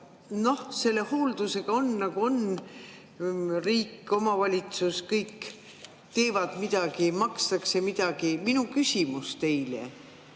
noh, selle hooldusega on, nagu on. Riik, omavalitsus, kõik teevad midagi, makstakse midagi. Minu küsimus teile,